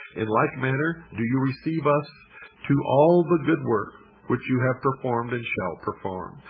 in like manner do you receive us to all the good work which you have performed and shall perform.